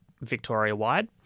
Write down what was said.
Victoria-wide